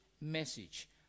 message